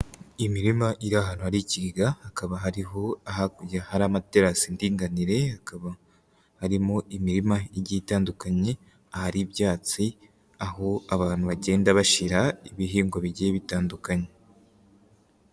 Imirima iri ahantu arikiga, hakaba hari hakurya hari amaterasi y'indinganire, hakaba harimo imirima igiye itandukanye, ahari ibyatsi aho abantu bagenda bashira ibihingwa bigiye bitandukanye.